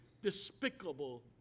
Despicable